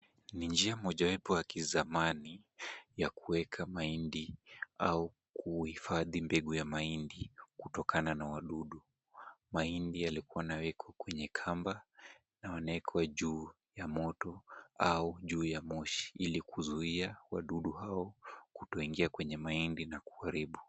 Ni njia mojawapo ya kizamani ya kuweka mahindi au kuhifadhi mbegu ya mahindi kutokana na wadudu. Mahindi yalikuwa yanawekwa kwenye kamba na yanawekwa juu ya moto au juu ya moshi, ili kuzuia wadudu hao kutoingia kwenye mahindi na kuharibu.